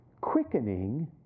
quickening